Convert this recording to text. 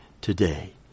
today